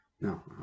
no